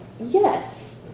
Yes